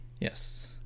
Yes